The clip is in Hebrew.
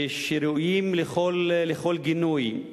ושראויים לכל גינוי,